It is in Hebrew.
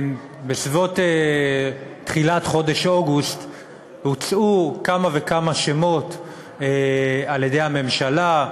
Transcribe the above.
בסביבות תחילת חודש אוגוסט הוצעו כמה וכמה שמות על-ידי הממשלה.